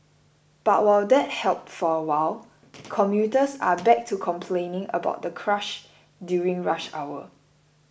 but while that helped for a while commuters are back to complaining about the crush during rush hour